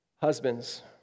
Husbands